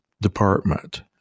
department